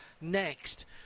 next